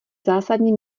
zásadní